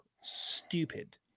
stupid